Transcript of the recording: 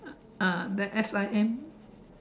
ah then S_I_M